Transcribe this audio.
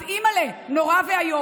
אז אימאל'ה, זה נורא ואיום.